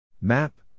Map